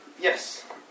Yes